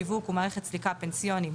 שיווק ומערכת סליקה פנסיוניים),